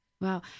Wow